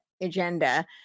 agenda